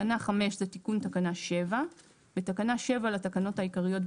תקנה 5 זה תיקון תקנה 7. בתקנה 7 לתקנות העיקריות,